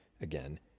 again